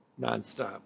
nonstop